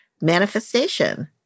manifestation